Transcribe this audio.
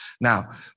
Now